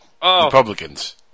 republicans